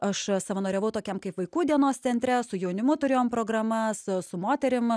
aš savanoriavau tokiam kaip vaikų dienos centre su jaunimu turėjom programas su moterim